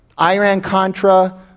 Iran-Contra